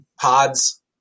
pods